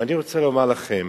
ואני רוצה לומר לכם: